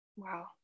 Wow